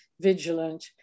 vigilant